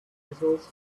easels